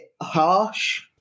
harsh